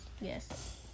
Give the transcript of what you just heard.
Yes